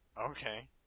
okay